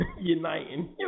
Uniting